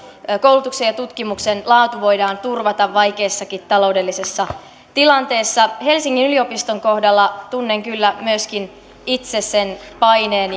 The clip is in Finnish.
koulutuksen ja tutkimuksen laatu voidaan turvata vaikeassakin taloudellisessa tilanteessa helsingin yliopiston kohdalla tunnen kyllä myöskin itse sen paineen